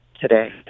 today